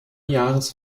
jahres